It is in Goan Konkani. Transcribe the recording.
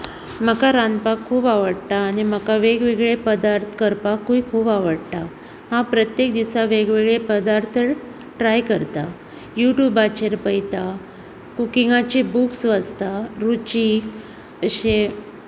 म्हाका रांदपाक खूब आवडटा आनी म्हाका वेग वेगळे पदार्थूय करपाक खूब आवडटा हांव प्रत्येक दिसा वेग वेगळे पदार्थ ट्राय करतां युट्यूबाचेर पळयता कुकींगाचे बुक्स वाचता रुचीक अशें